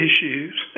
issues